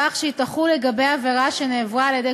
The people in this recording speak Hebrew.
כך שהיא תחול לגבי עבירה שנעברה על-ידי